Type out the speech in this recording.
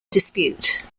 dispute